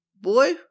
Boy